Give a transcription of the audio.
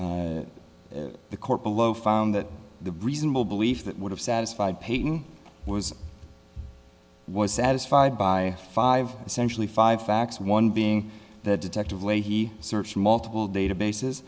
the court below found that the reasonable belief that would have satisfied painting was was satisfied by five essentially five facts one being that detective leahy search multiple databases